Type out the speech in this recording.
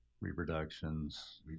reproductions